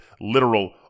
literal